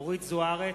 אורית זוארץ,